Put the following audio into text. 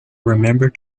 remember